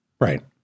Right